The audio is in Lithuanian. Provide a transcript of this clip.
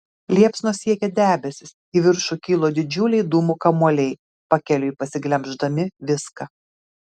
liepsnos siekė debesis į viršų kilo didžiuliai dūmų kamuoliai pakeliui pasiglemždami viską